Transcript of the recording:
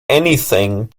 anything